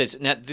Now